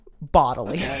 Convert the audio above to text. bodily